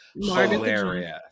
Hilarious